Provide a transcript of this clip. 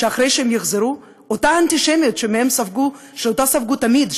שאחרי שהם יחזרו האנטישמיות שאותה ספגו תמיד,